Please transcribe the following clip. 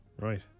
Right